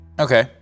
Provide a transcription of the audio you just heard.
Okay